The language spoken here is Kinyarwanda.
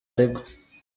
aregwa